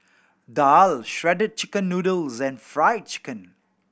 daal Shredded Chicken Noodles and Fried Chicken